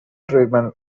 treatment